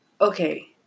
okay